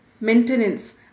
maintenance